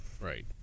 Right